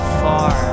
far